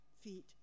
feet